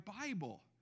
Bible